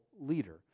leader